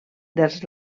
dels